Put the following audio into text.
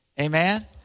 Amen